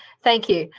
thank you.